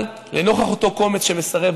אבל לנוכח אותו קומץ שמסרב,